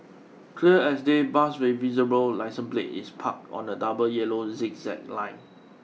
clear as day bus with visible licence plate is parked on a double yellow zigzag line